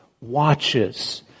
watches